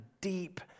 deep